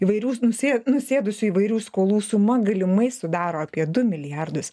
įvairių nusė nusėdusių įvairių skolų suma galimai sudaro apie du milijardus